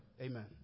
Amen